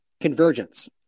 Convergence